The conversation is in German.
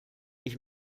ich